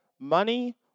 money